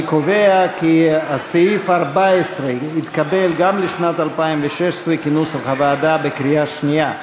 אני קובע כי סעיף 14 התקבל גם לשנת 2016 כנוסח הוועדה בקריאה שנייה.